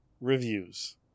Reviews